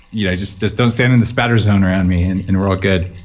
you know just just don't stand in the spurter zone around me, and and we're all good